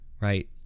right